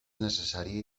necessari